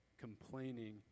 complaining